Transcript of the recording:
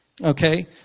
Okay